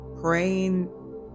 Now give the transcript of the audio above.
praying